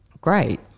great